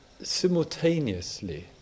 simultaneously